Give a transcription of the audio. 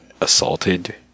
assaulted